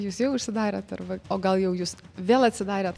jūs jau užsidarėt arba o gal jūs vėl atsidarėt